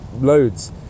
loads